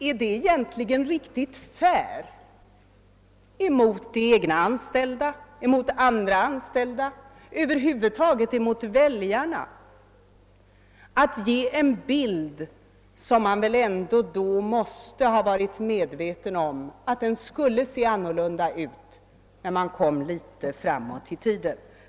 Är det riktigt fair mot de egna anställda, mot andra anställda, över huvud taget mot väljarna att på detta sätt ge en bild som man väl ändå måste ha varit medveten om skulle se annorlunda ut, när man kom litet framåt i tiden.